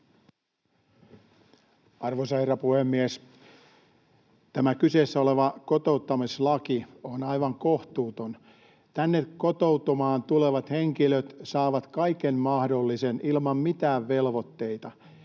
Arvoisa herra puhemies! Tämä kyseessä oleva kotouttamislaki on aivan kohtuuton. Tänne kotoutumaan tulevat henkilöt saavat kaiken mahdollisen ilman mitään velvoitteita.